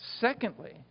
Secondly